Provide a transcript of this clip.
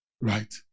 Right